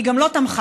היא גם לא תמכה,